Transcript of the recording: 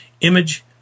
image